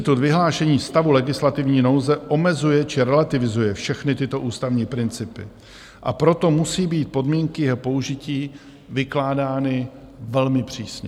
Institut vyhlášení stavu legislativní nouze omezuje či relativizuje všechny tyto ústavní principy, a proto musí být podmínky jeho použití vykládány velmi přísně.